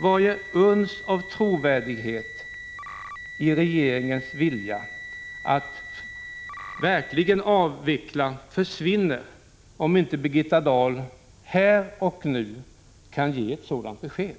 Varje uns av trovärdighet i regeringens vilja att verkligen avveckla försvinner om inte Birgitta Dahl här och nu kan ge ett sådant besked.